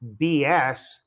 BS